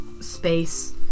space